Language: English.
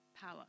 power